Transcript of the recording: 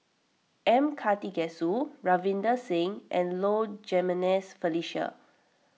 M Karthigesu Ravinder Singh and Low Jimenez Felicia